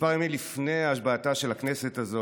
כמה ימים לפני השבעתה של הכנסת הזאת,